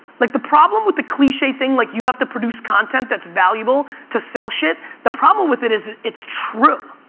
like the problem with the cliched thing, like you have to produce content that's valuable to sell shit, the problem with it is it's true.